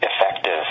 effective